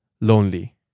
Lonely